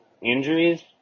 injuries